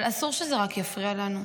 אבל אסור שזה רק יפריע לנו.